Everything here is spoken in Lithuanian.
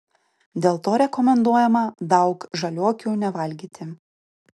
dėl to rekomenduojama daug žaliuokių nevalgyti